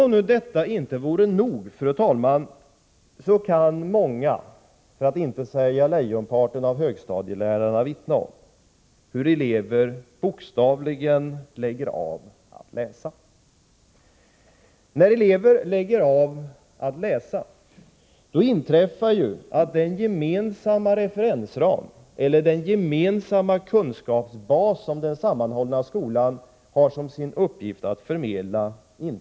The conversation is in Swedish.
Som om detta inte vore nog, kan många, för att inte säga lejonparten, av högstadielärarna vittna om hur många elever som bokstavligen lägger av med att läsa och därmed minskar skolans möjlighet att bygga upp den gemensamma kunskapsbas som den sammanhållna skolan har som sin uppgift att förmedla.